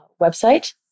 website